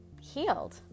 healed